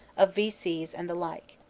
of v c s and the like.